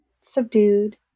Subdued